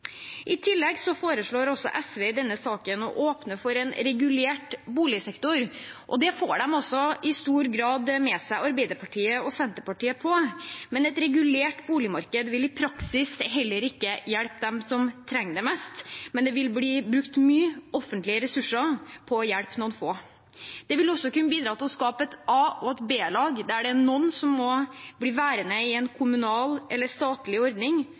I tillegg foreslår SV i denne saken å åpne for en regulert boligsektor, og det får de i stor grad med seg Arbeiderpartiet og Senterpartiet på. Men et regulert boligmarked vil i praksis heller ikke hjelpe dem som trenger det mest, derimot vil det bli brukt mye offentlige ressurser på å hjelpe noen få. Det vil også kunne bidra til å kunne skape et a-lag og et b-lag, der det er noen som må bli værende i en kommunal eller statlig ordning